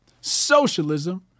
socialism